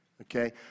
Okay